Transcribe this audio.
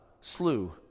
slew